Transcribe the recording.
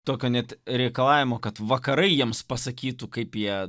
tokio net reikalavimo kad vakarai jiems pasakytų kaip jie